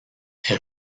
est